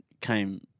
came